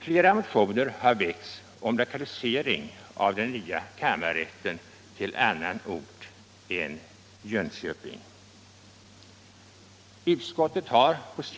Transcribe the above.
Flera motioner har väckts om lokalisering av den nya kammarrätten till annan ort än Jönköping. Utskottet har på s.